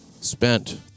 Spent